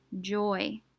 joy